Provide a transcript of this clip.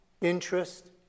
interest